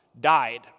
died